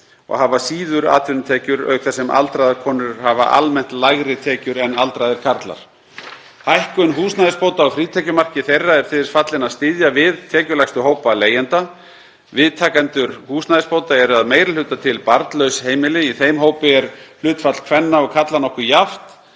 og hafa síður atvinnutekjur auk þess sem aldraðar konur hafa almennt lægri tekjur en aldraðir karlar. Hækkun húsnæðisbóta og frítekjumark þeirra er til þess fallin að styðja við tekjulægstu hópa leigjenda. Viðtakendur húsnæðisbóta eru að meiri hluta til barnlaus heimili. Í þeim hópi er hlutfall kvenna og karla nokkuð jafnt